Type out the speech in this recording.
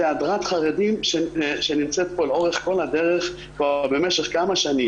זאת הדרת חרדים לאורך כל הדרך כבר במשך כמה שנים.